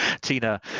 Tina